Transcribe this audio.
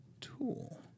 tool